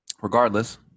regardless